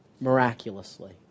miraculously